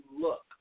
look